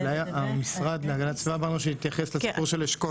אולי המשרד להגנת הסביבה יתייחס לסיפור של אשכול.